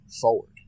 forward